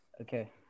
Okay